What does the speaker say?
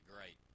great